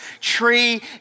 tree